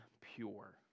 pure